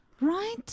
Right